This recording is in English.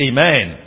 Amen